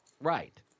Right